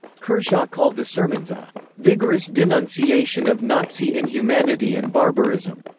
kershaw called the sermons a vigorous denunciation of nazi inhumanity and barbarism.